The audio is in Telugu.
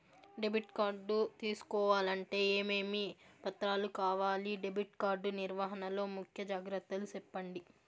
డెబిట్ కార్డు తీసుకోవాలంటే ఏమేమి పత్రాలు కావాలి? డెబిట్ కార్డు నిర్వహణ లో ముఖ్య జాగ్రత్తలు సెప్పండి?